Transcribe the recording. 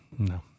No